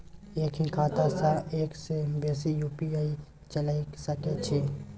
एक ही खाता सं एक से बेसी यु.पी.आई चलय सके छि?